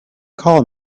call